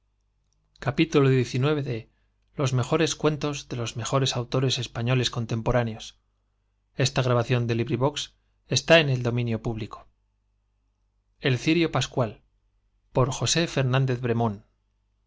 los mejores cuentos de los mejores autores españoles contemporáneos antología cuentos oe rosé